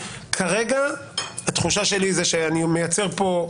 כרגע התחושה שלי היא שאני מייצר פה,